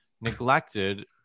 neglected